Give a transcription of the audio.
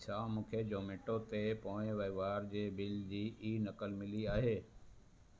छा मूंखे जोमेटो ते पोइ वहिंवार जे बिल जी ई नकल मिली आहे